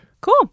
Cool